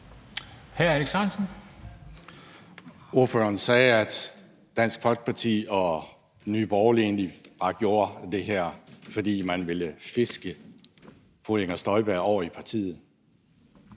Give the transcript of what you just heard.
Emil Ammitzbøll-Bille sagde, at Dansk Folkeparti og Nye Borgerlige egentlig bare gjorde det her, fordi man ville fiske fru Inger Støjberg over i sit